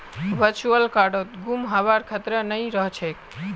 virtual कार्डत गुम हबार खतरा नइ रह छेक